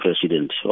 president